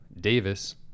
Davis